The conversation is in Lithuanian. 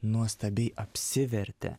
nuostabiai apsivertė